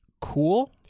cool